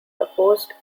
opposed